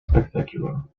spectacular